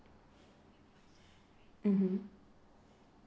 mmhmm